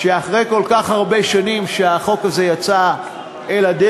שאחרי כל כך הרבה שנים החוק הזה יצא לדרך,